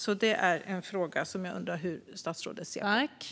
Hur ser statsrådet på detta?